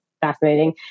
fascinating